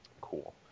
Cool